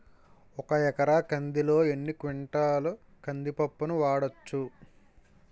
ఒక ఎకర కందిలో ఎన్ని క్వింటాల కంది పప్పును వాడచ్చు?